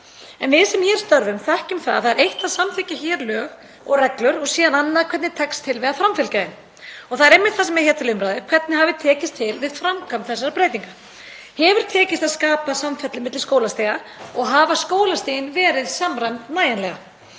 En við sem hér störfum þekkjum að það er eitt að samþykkja hér lög og reglur og síðan annað hvernig tekst til við að framfylgja þeim. Það er einmitt það sem er hér til umræðu; hvernig til hafi tekist við framkvæmd þessara breytinga. Hefur tekist að skapa samfellu milli skólastiga og hafa skólastigin verið samræmd nægjanlega?